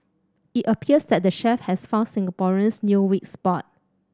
it appears that the chef has found Singaporeans new weak spot